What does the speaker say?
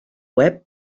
web